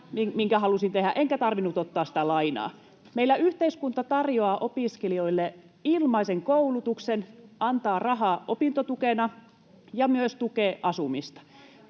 Hidastiko valmistumista?] Meillä yhteiskunta tarjoaa opiskelijoille ilmaisen koulutuksen, antaa rahaa opintotukena ja myös tukee asumista.